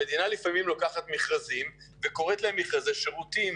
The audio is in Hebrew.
המדינה לפעמים לוקחת מכרזים וקוראת להם מכרזי שירותים